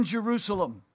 Jerusalem